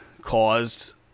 caused